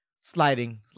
sliding